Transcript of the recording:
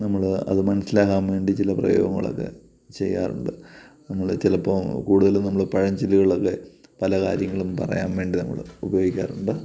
നമ്മൾ അത് മനസ്സിലാകാൻ വേണ്ടി ചില പ്രയോഗങ്ങങ്ങളൊക്കെ ചെയ്യാറുണ്ട് നമ്മൾ ചിലപ്പോൾ കൂടുതലും നമ്മൾ പഴഞ്ചൊല്ലുകളൊക്കെ പല കാര്യങ്ങളും പറയാൻ വേണ്ടി നമ്മൾ ഉപയോഗിക്കാറുണ്ട്